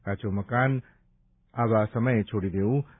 કાચું મકાન આવા સમયે છોડી દેવું પડે